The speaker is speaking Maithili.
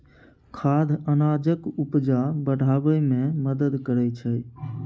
खाद अनाजक उपजा बढ़ाबै मे मदद करय छै